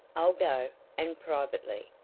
i'll go and privately,